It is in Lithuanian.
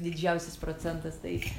didžiausias procentas tai